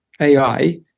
ai